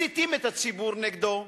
מסיתים את הציבור נגדו,